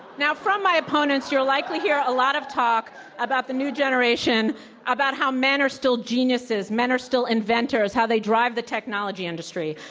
now, from my opponents, you'll likely hear a lot of talk about the new generation about how men are still geniuses, men are still inventors, how they drive the technology industry.